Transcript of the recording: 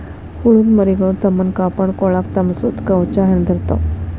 ಹುಳದ ಮರಿಗಳು ತಮ್ಮನ್ನ ಕಾಪಾಡಕೊಳಾಕ ತಮ್ಮ ಸುತ್ತ ಕವಚಾ ಹೆಣದಿರತಾವ